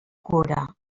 cura